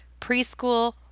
preschool